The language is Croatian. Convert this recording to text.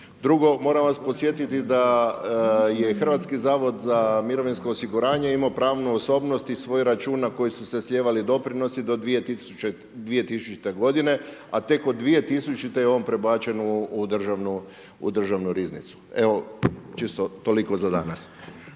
Drugo, moram vas podsjetiti da je Hrvatski zavod za mirovinsko osiguranje imao pravnu osobnost i svojih računa iz kojih su se slijevali doprinosi do 2000. godine, a tek od 2000. je on prebačen u državnu riznicu, čisto toliko za danas.